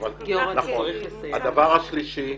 הנושא השלישי.